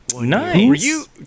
Nice